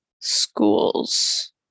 schools